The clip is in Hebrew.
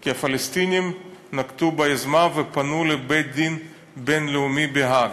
כי הפלסטינים נקטו יוזמה ופנו לבית-הדין הבין-לאומי בהאג,